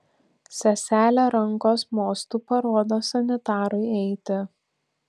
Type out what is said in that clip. seselė rankos mostu parodo sanitarui eiti